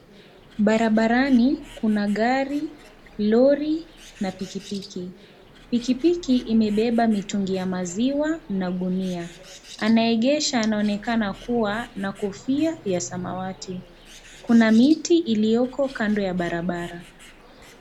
Barabarani kuna gari, lori na pikipiki . Pikipiki imebeba mitungi ya maziwa na gunia anaegesha anaonekana kuwa na kofia ya samawati kuna miti iliyoko Kando ya barabara.